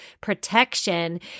protection